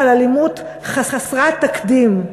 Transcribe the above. על אלימות חסרת תקדים,